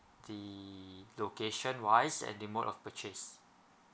the location wise and the mode of purchase